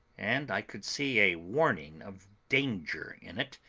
and i could see a warning of danger in it,